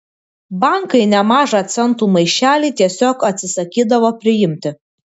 bankai nemažą centų maišelį tiesiog atsisakydavo priimti